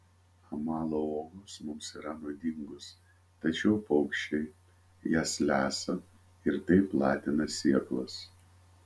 amalo uogos mums yra nuodingos tačiau paukščiai jas lesa ir taip platina sėklas